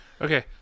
Okay